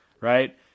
right